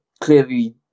clearly